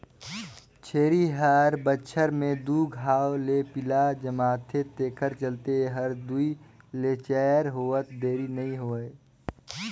छेरी हर बच्छर में दू घांव ले पिला जनमाथे तेखर चलते ए हर दूइ ले चायर होवत देरी नइ होय